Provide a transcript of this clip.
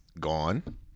gone